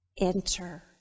enter